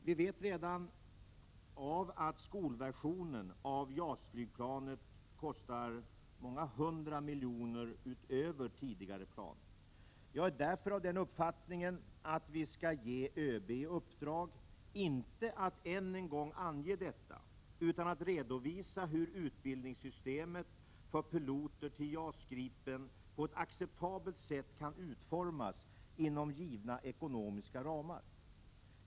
Vi vet redan att skolversionen av JAS-flygplanet kostar många hundra miljoner utöver tidigare planer. Jag är därför av den uppfattningen att vi skall ge överbefälhavaren i uppdrag, inte att än en gång ange detta, utan att redovisa hur utbildningssystemet för piloter till JAS/Gripen på ett acceptabelt sätt kan utformas inom givna ekonomiska ramar.